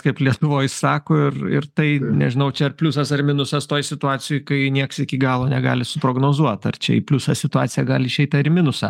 kaip lietuvoj sako ir ir tai nežinau čia pliusas ar minusas toj situacijoj kai nieks iki galo negali suprognozuot ar čia į pliusą situacija gali išeit ar į minusą